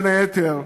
בין היתר,